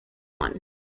one